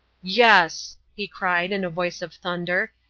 yes, he cried, in a voice of thunder,